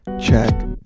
check